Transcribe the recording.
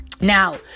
Now